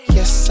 Yes